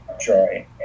joy